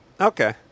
Okay